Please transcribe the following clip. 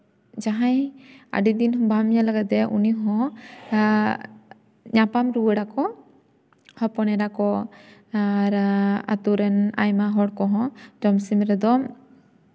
ᱡᱟᱦᱟᱸᱭ ᱟᱹᱰᱤᱫᱤᱱ ᱵᱟᱢ ᱧᱮᱞ ᱟᱠᱟᱫᱮᱭᱟ ᱩᱱᱤᱦᱚᱸ ᱧᱟᱯᱟᱢ ᱨᱩᱣᱟᱹᱲ ᱟᱠᱚ ᱦᱚᱯᱚᱱ ᱮᱨᱟ ᱠᱚ ᱟᱨ ᱟᱹᱛᱩ ᱨᱮᱱ ᱟᱭᱢᱟ ᱦᱚᱲ ᱠᱚᱦᱚᱸ ᱡᱚᱢ ᱥᱤᱢ ᱨᱮᱫᱚ